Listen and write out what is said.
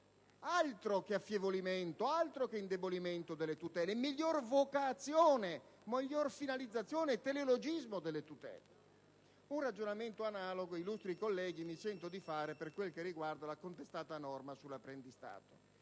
Altro che affievolimento, altro che indebolimento delle tutele: miglior vocazione, migliore finalizzazione, teleologismo delle tutele. Un ragionamento analogo, illustri colleghi, mi sento di fare per quel che riguarda la contestata norma sull'apprendistato.